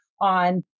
on